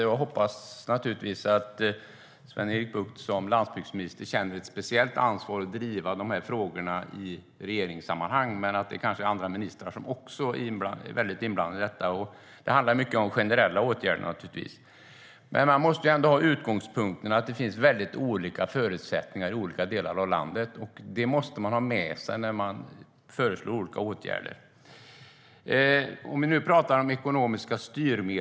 Jag hoppas att Sven-Erik Bucht som landsbygdsminister känner ett speciellt ansvar för att driva dessa frågor i regeringssammanhang. Andra ministrar är kanske också inblandade i detta. Det handlar naturligtvis mycket om generella åtgärder. Man måste ändå ha utgångspunkten att det finns väldigt olika förutsättningar i olika delar av landet. Det måste man ha med sig när man föreslår olika åtgärder.